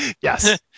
yes